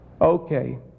okay